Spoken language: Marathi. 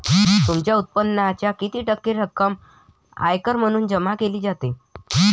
तुमच्या उत्पन्नाच्या किती टक्के रक्कम आयकर म्हणून जमा केली जाते?